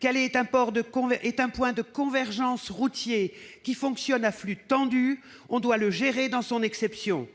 Calais est un point de convergence routier qui fonctionne à flux tendu : on doit le gérer dans son exception. Or